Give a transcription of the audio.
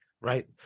Right